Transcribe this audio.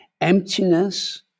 emptiness